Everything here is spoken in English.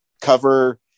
cover